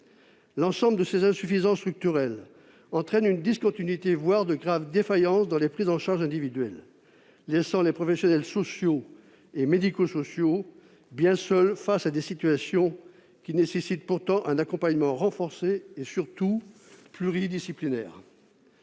L'ensemble de ces insuffisances structurelles entraîne une discontinuité, voire de graves défaillances dans les prises en charge individuelles, laissant les professionnels sociaux et médico-sociaux bien seuls face à des situations qui nécessitent pourtant un accompagnement renforcé et, surtout, pluridisciplinaire.